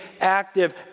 active